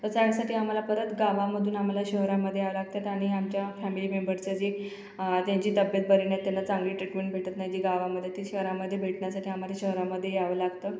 तर त्यासाठी आम्हाला परत गावामधून आम्हाला शहरांमध्ये यावं लागतेत आणि आमच्या फॅमिली मेंबर्सचं जे त्यांची तब्येत बरी नाही त्यांना चांगली ट्रीटमेंट भेटत नाही जी गावामध्ये ती शहरामध्ये भेटण्यासाठी आम्हाला शहरामध्ये यावं लागतं